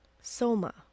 Soma